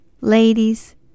Ladies